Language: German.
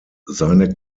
seine